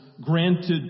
granted